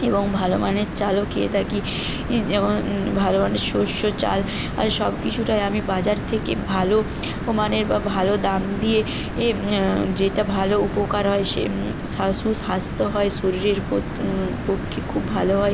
এবং ভালো মানের চালও খেয়ে থাকি যেমন ভালো মানের শস্য চাল আর সব কিছুটাই আমি বাজার থেকে ভালো মানের বা ভালো দাম দিয়ে যেটা ভালো উপকার হয় সে সুস্বাস্থ্য হয় শরীরের পক্ষে খুব ভালো হয়